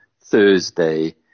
Thursday